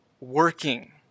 working